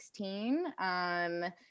2016